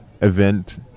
event